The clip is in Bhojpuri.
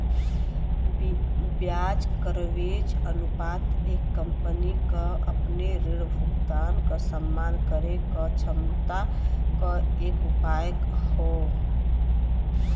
ब्याज कवरेज अनुपात एक कंपनी क अपने ऋण भुगतान क सम्मान करे क क्षमता क एक उपाय हौ